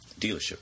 dealership